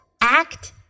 act